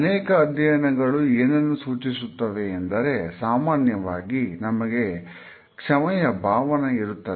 ಅನೇಕ ಅಧ್ಯಯನಗಳು ಏನನ್ನು ಸೂಚಿಸುತ್ತವೆ ಎಂದರೆ ಸಾಮಾನ್ಯವಾಗಿ ನಮಗೆ ಕ್ಷಮಯ ಭಾವನೆ ಇರುತ್ತದೆ